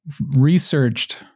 researched